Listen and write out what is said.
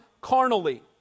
carnally